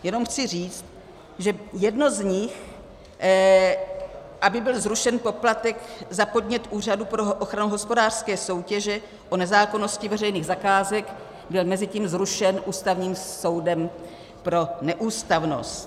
Jenom chci říct, že jedno z nich aby byl zrušen poplatek za podnět Úřadu pro ochranu hospodářské soutěže o nezákonnosti veřejných zakázek byl mezitím zrušen Ústavním soudem pro neústavnost.